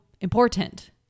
important